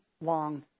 long